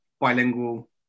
bilingual